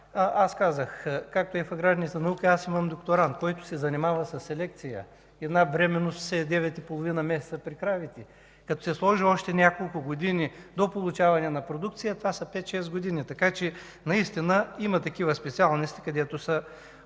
Аз казах, както е в аграрната наука – имам докторант, който се занимава със селекция. Една бременност ще е девет и половина месеца при кравите, като се сложат още няколко години до получаване на продукция, това са 5-6 години. Така че наистина има специалности, където